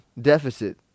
deficit